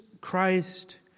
Christ